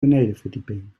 benedenverdieping